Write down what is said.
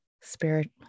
spirit